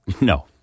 No